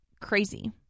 crazy